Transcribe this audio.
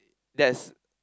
that's